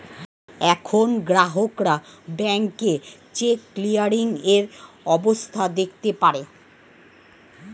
এখন গ্রাহকরা ব্যাংকে চেক ক্লিয়ারিং এর অবস্থা দেখতে পারে